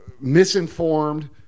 misinformed